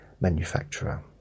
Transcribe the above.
manufacturer